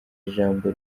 ijambo